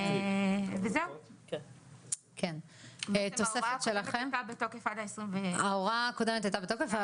בעצם ההוראה הקודמת הייתה בתוקף עד --- ההוראה הקודמת הייתה בתוקף.